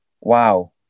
wow